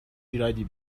ایرادی